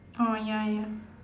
orh ya ya